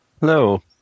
Hello